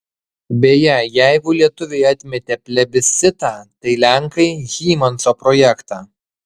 beje jeigu lietuviai atmetė plebiscitą tai lenkai hymanso projektą